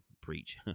preach